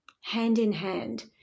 Hand-in-hand